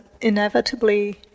inevitably